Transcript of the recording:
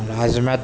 ملازمت